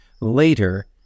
later